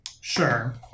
Sure